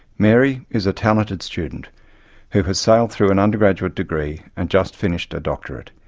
mary is a talented student who has sailed through an undergraduate degree and just finished a doctorate.